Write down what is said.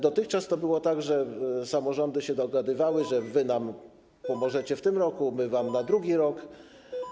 Dotychczas było tak, że samorządy się dogadywały: wy nam pomożecie w tym roku, my wam na drugi rok.